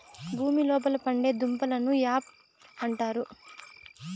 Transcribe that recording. భూమి లోపల పండే దుంపలను యామ్ అంటారు